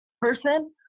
person